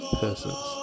persons